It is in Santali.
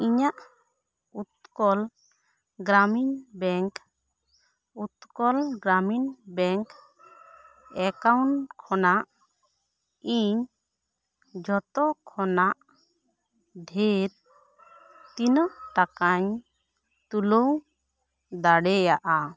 ᱤᱧᱟᱹᱜ Utkal Gramin bank Utkal Gramin bank account ᱠᱷᱚᱱᱟᱜ ᱤᱧ ᱡᱚᱛᱚ ᱠᱷᱚᱱᱟᱜ ᱰᱷᱤᱨ ᱛᱤᱱᱟᱹᱜ ᱴᱟᱠᱟᱧ ᱛᱩᱞᱟ ᱣ ᱫᱟᱲᱮᱭᱟᱜᱼᱟ